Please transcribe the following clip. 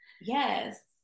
Yes